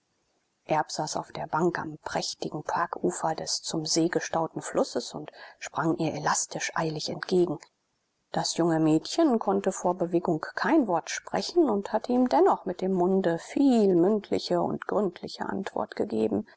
erb saß auf der bank am prächtigen parkufer des zum see gestauten flusses und sprang ihr elastisch eilig entgegen das junge mädchen konnte vor bewegung kein wort sprechen und hat ihm dennoch mit dem munde viel mündliche und gründliche antwort gegeben